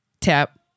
tap